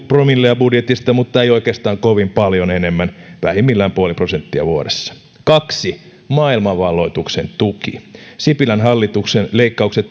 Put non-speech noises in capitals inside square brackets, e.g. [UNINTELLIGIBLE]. [UNINTELLIGIBLE] promillea budjetista mutta ei oikeastaan kovin paljon enemmän vähimmillään puoli prosenttia vuodessa kaksi maailmanvalloituksen tuki sipilän hallituksen leikkaukset [UNINTELLIGIBLE]